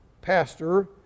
pastor